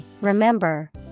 remember